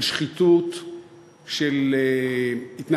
של שחיתות,